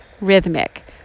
rhythmic